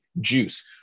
Juice